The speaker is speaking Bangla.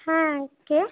হ্যাঁ কে